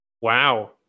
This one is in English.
Wow